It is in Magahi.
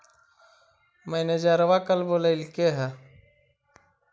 मैनेजरवा कल बोलैलके है?